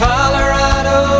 Colorado